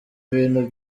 ibintu